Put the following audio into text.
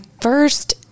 first